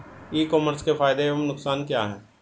ई commerce के फायदे एवं नुकसान क्या हैं?